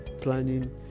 planning